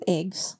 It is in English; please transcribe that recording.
eggs